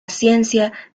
ciencia